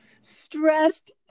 Stressed